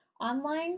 online